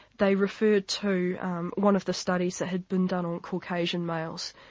they referred to one of the studies that had been done on caucasian males,